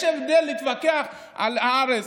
יש הבדל בין להתווכח על הארץ,